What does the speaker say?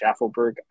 schaffelberg